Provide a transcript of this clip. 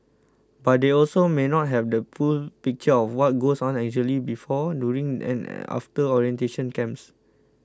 but they also may not have the full picture of what goes on exactly before during and after orientation camps